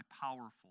powerful